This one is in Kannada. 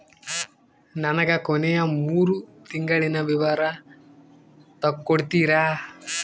ನನಗ ಕೊನೆಯ ಮೂರು ತಿಂಗಳಿನ ವಿವರ ತಕ್ಕೊಡ್ತೇರಾ?